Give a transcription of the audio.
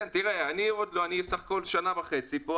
אני בסך הכל שנה וחצי כאן,